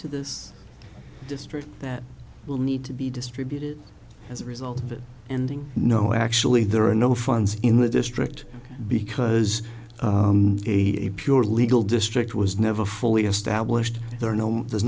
to this district that will need to be distributed as a result of it ending no actually there are no funds in the district be because the pure legal district was never fully established there are no there's